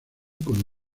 con